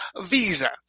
visa